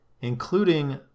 including